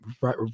right